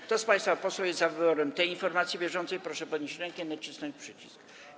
Kto z państwa posłów jest za wyborem tej informacji bieżącej, proszę podnieść rękę i nacisnąć przycisk.